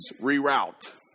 reroute